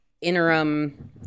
interim